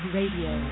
Radio